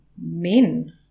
men